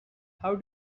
how